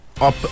up